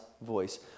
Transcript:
voice